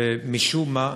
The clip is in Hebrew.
ומשום מה,